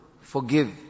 forgive